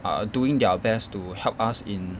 are doing their best to help us in